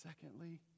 Secondly